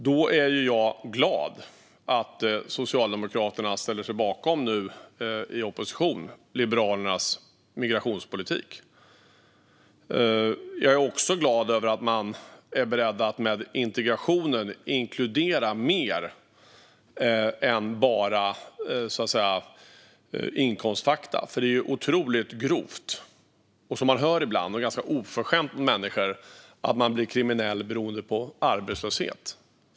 Jag är därför glad över att Socialdemokraterna i opposition nu ställer sig bakom Liberalernas migrationspolitik. Jag är också glad över att man när det gäller integrationen är beredd att inkludera mer än bara inkomstfakta, för det vi ibland hör - att människor blir kriminella beroende på att de är arbetslösa - är otroligt grovt och ganska oförskämt.